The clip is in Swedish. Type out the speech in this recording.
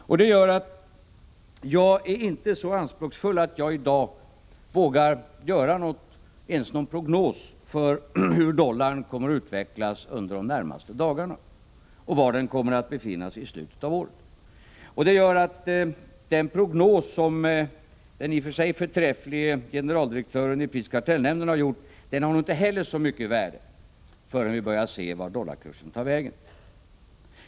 Allt detta gör att jag inte är så anspråksfull att jag i dag vågar göra ens en prognos om hur dollarns värde kommer att utvecklas de närmaste dagarna och på vilken nivå den kommer att befinna sig i slutet av året. Den prognos som den i och för sig förträfflige generaldirektören i prisoch kartellnämnden har gjort har nog inte heller så stort värde förrän vi börjar se vart dollarkursen tar vägen.